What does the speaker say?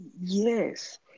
Yes